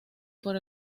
por